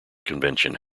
convention